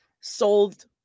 sold